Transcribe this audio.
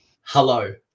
hello